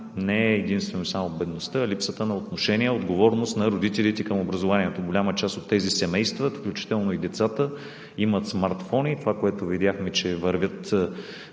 не е единствено и само бедността, а липсата на отношение, отговорност на родителите към образованието. Голяма част от тези семейства, включително и децата, имат смартфони. Видяхме, че вървят